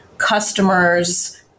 customers